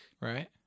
right